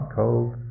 cold